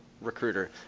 recruiter